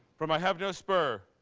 from i have no spur.